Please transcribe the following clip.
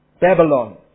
Babylon